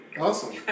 Awesome